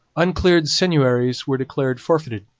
uncleared seigneuries were declared forfeited.